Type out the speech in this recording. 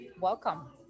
welcome